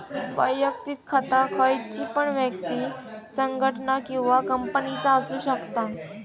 वैयक्तिक खाता खयची पण व्यक्ति, संगठना किंवा कंपनीचा असु शकता